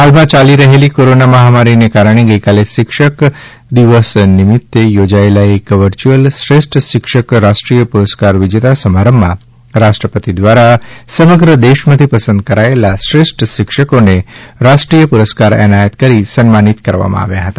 હાલમાં ચાલી રહેલી કોરોના મહામારીને કારણે ગઇકાલે શિક્ષણ દિવસ નિમત્તે યોજાયેલા એક વર્ચ્યુઅલ શ્રેષ્ઠ શિક્ષક રાષ્ટ્રીય પુરસ્કાર વિજેતા સમારંભમાં રાષ્ટ્રપતિ દ્વારા સમગ્ર દેશમાંથી પસંદ કરાયેલા શ્રેષ્ઠ શિક્ષકોને રાષ્ટ્રીય પુરસ્કાર એનાયત કરી સન્માનિત કરવામાં આવ્યા હતા